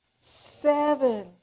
seven